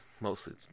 Mostly